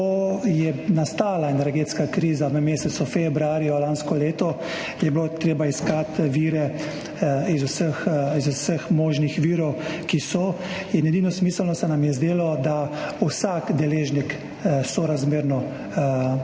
je nastala energetska kriza v mesecu februarju lansko leto, je bilo treba iskati vire iz vseh možnih virov, ki so, in edino smiselno se nam je zdelo, da vsak deležnik sorazmerno